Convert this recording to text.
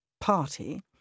Party